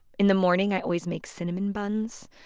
in the morning i always make cinnamon buns.